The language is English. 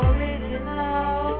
Original